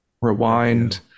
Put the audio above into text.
rewind